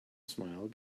smile